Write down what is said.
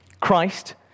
Christ